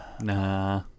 Nah